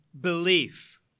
belief